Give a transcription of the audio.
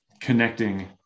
connecting